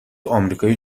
آمریکای